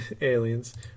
Aliens